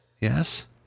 Yes